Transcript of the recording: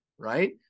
Right